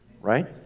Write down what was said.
Right